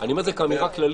אני אומר את זה כאמירה כללית,